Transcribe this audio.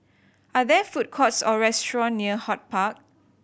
are there food courts or restaurant near HortPark